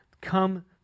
come